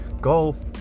golf